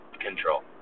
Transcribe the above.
control